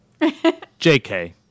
JK